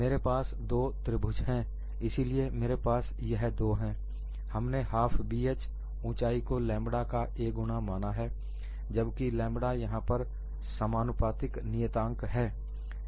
मेरे पास दो त्रिभुज है इसीलिए मेरे पास यह दो हैं हमने हाफ BH ऊंचाई को लैंम्ब्डा का a गुना माना है जबकि लैंम्ब्डा यहां पर समानुपातिक नियतांक है